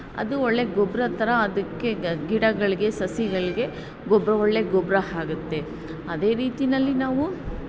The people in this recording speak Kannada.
ಅದು ಒಳ್ಳೆಯ ಗೊಬ್ರದ ಥರ ಅದಕ್ಕೆ ಗಿಡಗಳಿಗೆ ಸಸಿಗಳಿಗೆ ಗೊಬ್ಬರ ಒಳ್ಳೆಯ ಗೊಬ್ಬರ ಆಗುತ್ತೆ ಅದೇ ರೀತಿಯಲ್ಲಿ ನಾವು